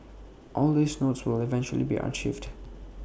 all these notes will eventually be archived